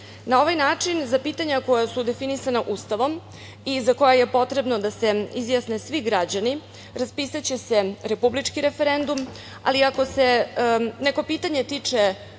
Na ovaj način za pitanja koja su definisana Ustavom i za koje je potrebno da se izjasne svi građani, raspisaće se republički referendum, ali ako se neko pitanje tiče,